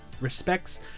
respects